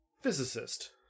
Physicist